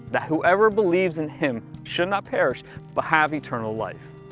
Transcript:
that whoever believes in him should not perish but have eternal life.